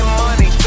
money